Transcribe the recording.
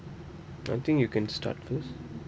I think you can start first